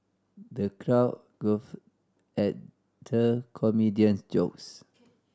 the crowd guffawed at the comedian's jokes